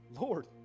Lord